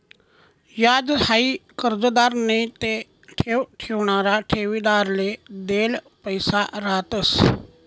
याज हाई कर्जदार नैते ठेव ठेवणारा ठेवीदारले देल पैसा रहातंस